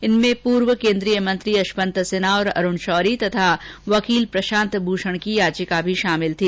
इनमें पूर्व केन्द्रीय मंत्री यशवंत सिन्हा और अरूण शौरी तथा वकील प्रशांत भूषण की याचिका भी शामिल थी